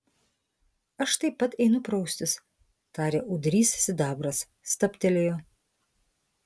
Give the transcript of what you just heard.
aš taip pat einu praustis tarė ūdrys sidabras stabtelėjo